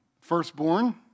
Firstborn